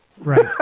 Right